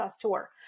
tour